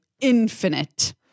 Infinite